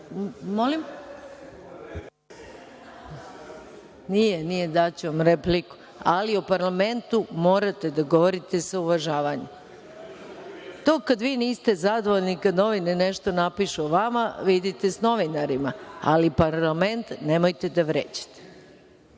sa Rističevićem, ali o parlamentu morate da govorite sa uvažavanjem. To kada vi niste zadovoljni kad novine nešto napišu o vama, vidite sa novinarima, ali parlament nemojte da vređate. Reč